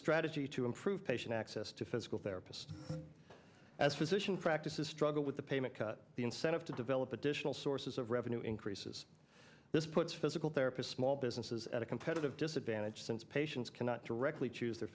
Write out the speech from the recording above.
strategy to improve patient access to physical therapists as physician practices struggle with the payment the incentive to develop additional sources of revenue increases this puts physical therapist small businesses at a competitive disadvantage since patients cannot directly choose their